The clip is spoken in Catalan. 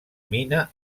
mina